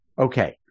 Okay